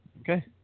Okay